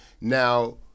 Now